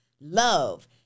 love